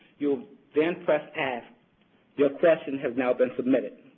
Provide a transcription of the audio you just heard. you will then press ask your question has now been submitted.